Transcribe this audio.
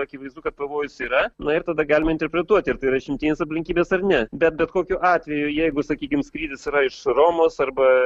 akivaizdu kad pavojus yra na ir tada galime interpretuoti ir tai yra išimtinės aplinkybės ar ne bet bet kokiu atveju jeigu sakykim skrydis yra iš romos arba